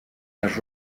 las